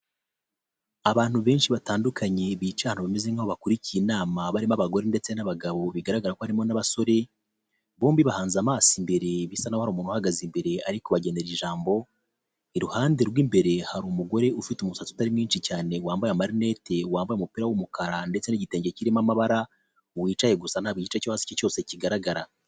Abantu benshi batandukanye bica abantu bameze nkabakurikiye inama barimo abagore ndetse n'abagabo bigaragara ko harimo n'abasore, bombi bahanze amaso imbere bisanaho hari umuntu ubahagaze imbere ari kubagenera ijambo iruhande rw'imbere hari umugore ufite umusatsi utari mwinshi cyane wambaye amarinete, wambaye umupira w'umukara ndetse n'igitenge kirimo amabara wicaye gusa ntabwo igice cye cyose cyohasi kigaragara.